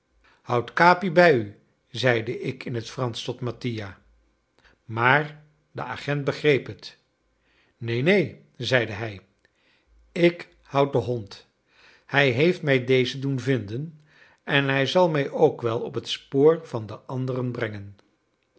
capi bij u zeide ik in t fransch tot mattia maar de agent begreep het neen neen zeide hij ik houd den hond hij heeft mij dezen doen vinden en hij zal mij ook wel op t spoor van den anderen brengen